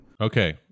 Okay